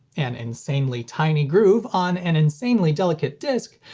an insanely tiny groove on an insanely delicate disc,